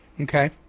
Okay